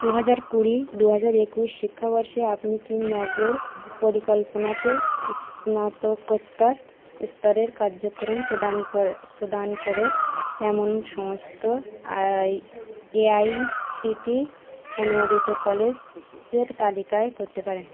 দু হাজার কুড়ি দু হাজার একুশ শিক্ষাবর্ষে আপনি কি নগর পরিকল্পনা তে স্নাতকোত্তর স্তরের কার্যক্রম প্রদান করে প্রদান করে এমন সমস্ত I A I C T E অনুমোদিত কলেজ এর তালিকায় করতে পারেন